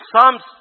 Psalms